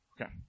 Okay